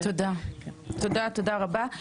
תודה רבה.